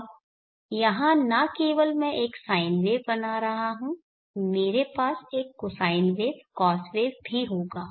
अब यहाँ न केवल मैं एक साइन वेव बना रहा हूँ मेरे पास एक कोसाइन वेव कॉस वेव भी होगा